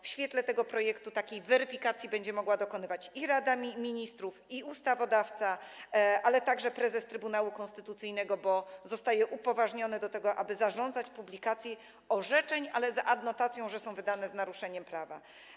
W świetle tego projektu takiej weryfikacji będą mogli dokonywać i Rada Ministrów, i ustawodawca, ale także prezes Trybunału Konstytucyjnego, bo zostaje upoważniony do tego, aby zarządzać publikację orzeczeń, ale z adnotacją, że są wydane z naruszeniem prawa.